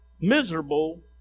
miserable